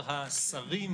האחד,